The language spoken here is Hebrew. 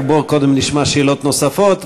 רק בוא קודם נשמע שאלות נוספות,